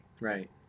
right